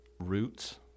roots